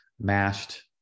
mashed